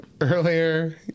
earlier